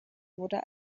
wurde